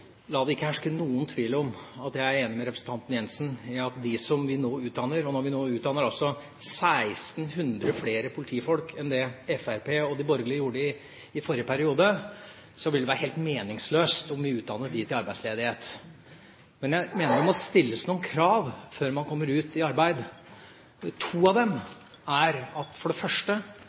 La det ikke herske noen tvil om at jeg er enig med representanten Jensen i at når vi nå utdanner 1 600 flere politifolk enn det Fremskrittspartiet og de borgerlige gjorde i forrige periode, vil det være helt meningsløst om vi utdannet dem til arbeidsledighet. Men jeg mener det må stilles noen krav før man kommer ut i arbeid. To av dem er: For det første